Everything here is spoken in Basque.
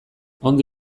ondo